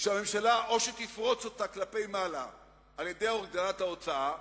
שהממשלה או שתפרוץ אותה כלפי מעלה על-ידי הגדלת ההוצאה,